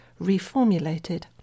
reformulated